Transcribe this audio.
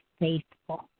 faithful